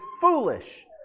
foolish